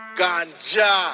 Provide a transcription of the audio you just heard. ganja